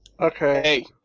Okay